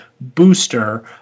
booster